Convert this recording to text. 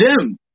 Jim